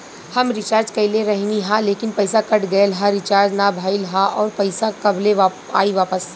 हम रीचार्ज कईले रहनी ह लेकिन पईसा कट गएल ह रीचार्ज ना भइल ह और पईसा कब ले आईवापस?